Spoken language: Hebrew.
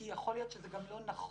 כי יכול להיות שזה גם לא נכון.